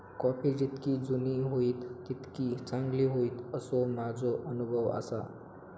coffee जितकी जुनी होईत तितकी चांगली होईत, असो माझो अनुभव आसा